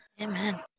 Amen